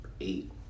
eight